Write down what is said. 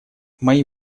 мои